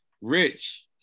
Rich